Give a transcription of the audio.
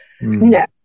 no